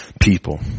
people